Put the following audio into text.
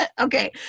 Okay